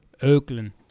Oakland